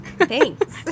Thanks